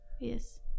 Yes